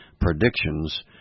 predictions